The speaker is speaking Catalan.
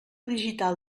digital